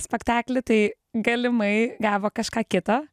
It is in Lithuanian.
spektaklį tai galimai gavo kažką kito